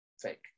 fake